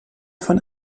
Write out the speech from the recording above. von